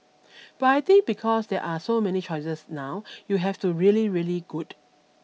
but I think because there are so many choices now you have to really really good